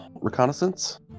reconnaissance